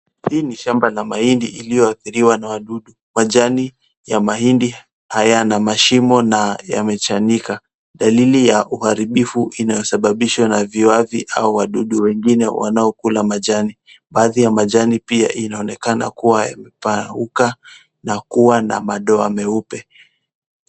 Hii ni shamba la mahindi iliyoadhiriwa na wadudu. Majani ya mahindi haya yana mashhimo na yamechanika, dalili ya uharibifu inayosababishwa na viwavi au wadudu wengine wanaokula majani. Baadhi ya majani pia inaonekana kuwa imepauka na kuwa na madoa meupe.